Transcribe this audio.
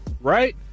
right